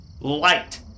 light